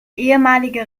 ehemalige